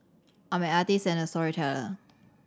I am an artist and a storyteller